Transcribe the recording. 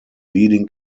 leading